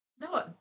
No